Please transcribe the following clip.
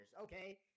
Okay